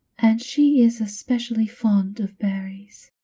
and she is especially fond of berries.